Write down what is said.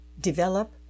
DEVELOP